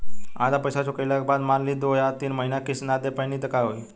आधा पईसा चुकइला के बाद मान ली दो या तीन महिना किश्त ना दे पैनी त का होई?